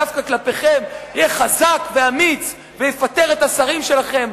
דווקא כלפיכם יהיה חזק ואמיץ ויפטר את השרים שלכם,